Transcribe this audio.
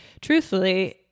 truthfully